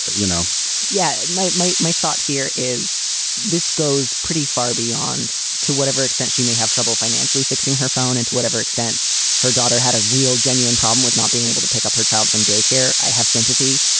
you know yeah, my my my thought here is this goes pretty far beyond to whatever extent she may have trouble financially fixing her phone and to whatever extent her daughter had a real genuine problem with not being able to pick up her child from daycare. i have sympathy.